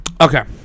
Okay